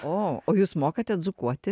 o o jūs mokate dzūkuoti